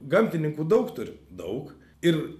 gamtininkų daug turim daug ir